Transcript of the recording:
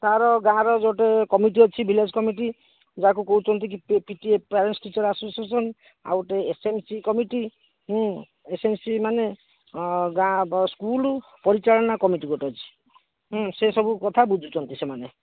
ତା'ର ଗାଁ'ର ଯୋଉ ଗୋଟେ କମିଟି ଅଛି ଭିଲେଜ୍ କମିଟି ଯାହାକୁ କହୁଛନ୍ତି କି ପେରେଣ୍ଟସ୍ ଟିଚର୍ ଆସୋଶିୟେସନ୍ ଆଉଗୋଟେ ଏସ୍ ଏନ୍ ସି କମିଟି ହୁଁ ଏସ୍ ଏନ୍ ସି ମାନେ ଗାଁ ସ୍କୁଲ୍ ପରିଚାଳନା କମିଟି ଗୋଟେ ଅଛି ହୁଁ ସେ ସବୁ କଥା ବୁଝୁଛନ୍ତି ସେମାନେ